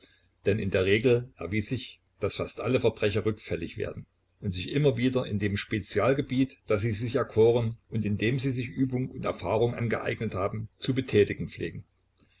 denn in der regel erwies sich daß fast alle verbrecher rückfällig werden und sich immer wieder in dem spezialgebiet das sie sich erkoren und in dem sie sich übung und erfahrung angeeignet haben zu betätigen pflegen